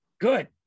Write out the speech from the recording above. good